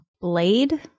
Blade